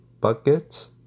buckets